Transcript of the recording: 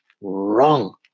wrong